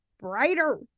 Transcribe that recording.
brighter